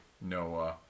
no